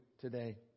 today